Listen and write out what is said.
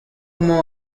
mañ